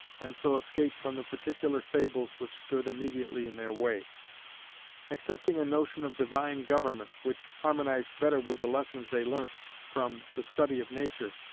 and so escape from the particular fables which stood immediately in their way accepting a notion of divine government which harmonized better with the lessons they learnt from the study of nature,